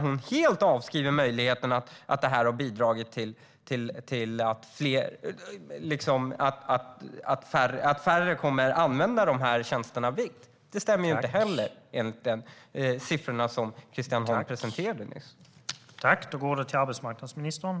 Hon avskriver helt möjligheten att det här har bidragit till att färre kommer att använda de här tjänsterna vitt. Det stämmer inte heller enligt de siffror som Christian Holm nyss presenterade.